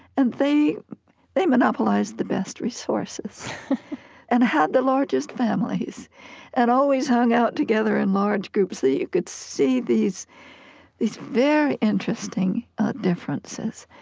and they they monopolized the best resources and had the largest families and always hung out together in large groups. so you could see these these very interesting differences,